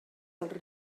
dels